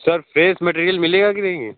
sir fresh material मिलेगा कि नहीं